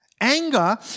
Anger